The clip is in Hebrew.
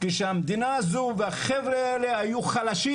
כשהמדינה הזו והחבר'ה האלה היו חלשים,